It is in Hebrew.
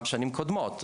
גם שנים קודמות.